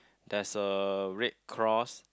there's a red cross